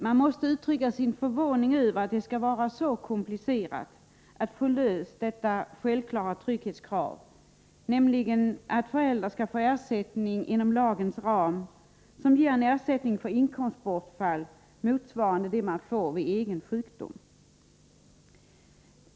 Man måste uttrycka sin förvåning över att det skall vara så komplicerat att lösa detta självklara trygghetskrav, nämligen att föräldrar skall få en ersättning inom lagens ram, som ger ersättning för inkomstbortfall motsvarande det man får vid egen sjukdom.